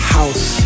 house